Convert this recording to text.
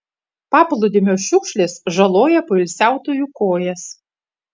paplūdimio šiukšlės žaloja poilsiautojų kojas